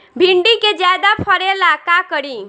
भिंडी के ज्यादा फरेला का करी?